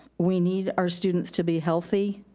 we need our students to be healthy,